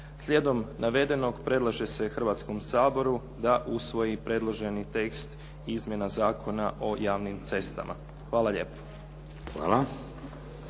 Slijedom navedenog predlaže se Hrvatskom saboru da usvoji predloženi tekst izmjena Zakona o javnim cestama. Hvala lijepo.